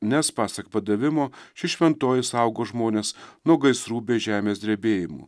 nes pasak padavimo ši šventoji saugo žmones nuo gaisrų bei žemės drebėjimų